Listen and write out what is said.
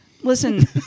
Listen